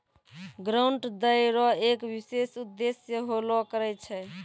grant दै रो एक विशेष उद्देश्य होलो करै छै